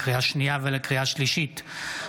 לקריאה השנייה ולקריאה השלישית,